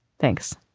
thanks